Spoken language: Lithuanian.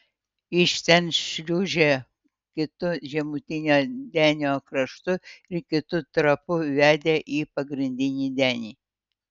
iš ten šliūžė kitu žemutinio denio kraštu ir kitu trapu vedė į pagrindinį denį